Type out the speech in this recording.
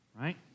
right